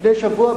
לפני שבוע,